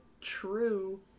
true